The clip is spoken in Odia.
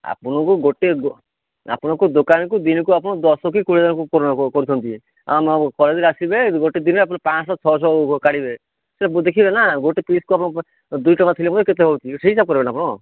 ଆପଣଙ୍କୁ ଗୋଟିଏ ଆପଣକୁ ଦୋକାନକୁ ଦିନକୁ ଆପଣ ଦଶ କି କୋଡ଼ିଏ ଜଣକୁ କରୁଛନ୍ତି ଆମ କଲେଜରେ ଆସିବେ ଗୋଟେ ଦିନରେ ଆପଣ ପାଞ୍ଚଶହ ଛଅଶହ କାଢ଼ିବେ ତ ଦେଖିବେ ନା ଗୋଟେ ପିସକୁ ଆପଣ ଦୁଇଟଙ୍କା ଥିଲେ ବୋଲି କେତେ ହେଉଛି ସେଇ ହିସାବ କରିବେ ନା ଆପଣ